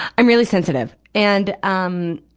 i'm really sensitive. and, um,